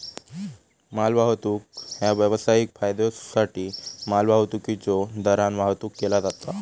मालवाहतूक ह्या व्यावसायिक फायद्योसाठी मालवाहतुकीच्यो दरान वाहतुक केला जाता